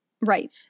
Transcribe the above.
Right